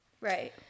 right